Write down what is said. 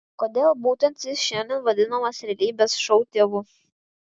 kodėl būtent jis šiandien vadinamas realybės šou tėvu